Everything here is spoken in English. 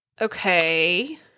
Okay